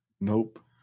Nope